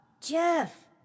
Jeff